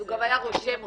הוא גם היה רושם אותם,